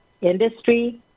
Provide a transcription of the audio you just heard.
industry